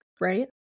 Right